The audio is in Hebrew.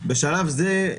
בשלב זה,